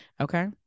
okay